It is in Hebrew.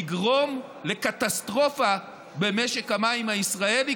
יגרום לקטסטרופה במשק המים הישראלי,